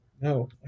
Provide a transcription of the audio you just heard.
No